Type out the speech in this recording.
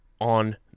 on